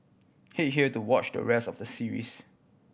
head here to watch the rest of the series